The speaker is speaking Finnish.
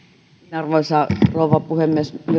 arvoisa rouva puhemies myös